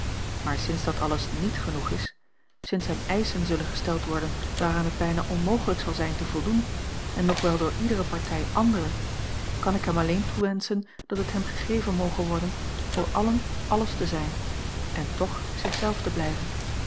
maar sinds dat alles niet genoeg is sinds hem eischen zullen gesteld worden waaraan het bijna onmogelijk zal zijn te voldoen en nog wel door iedere partij andere kan ik hem alleen toewenschen dat het hem gegeven moge worden voor allen alles te zijn en toch zich zelf te blijven